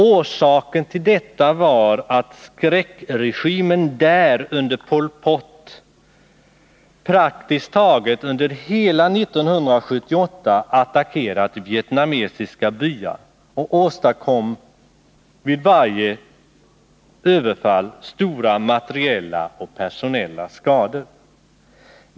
Orsaken till detta var att skräckregimen där under Pol Pot praktiskt taget under hela 1978 attackerat vietnamesiska byar och vid varje överfall åstadkom stora materiella och personella skador.